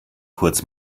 kurz